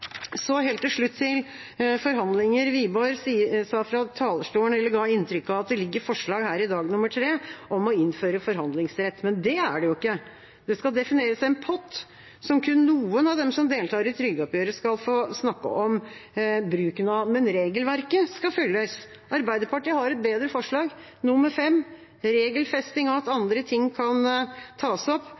Helt til slutt, til forhandlinger: Wiborg sa fra talerstolen, eller ga inntrykk av, at det ligger forslag her i dag, nr. 3, om å innføre forhandlingsrett. Men det er det jo ikke. Det skal defineres en pott som kun noen av dem som deltar i trygdeoppgjøret, skal få snakke om bruken av, men regelverket skal følges. Arbeiderpartiet har et bedre forslag, nr. 5, om regelfesting av at andre ting kan tas opp,